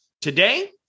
Today